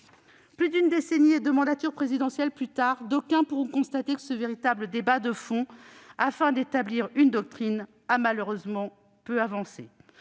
Plus d'une décennie et deux mandatures présidentielles plus tard, d'aucuns pourront constater que ce véritable débat de fond sur la nécessité d'établir une doctrine a malheureusement peu avancé.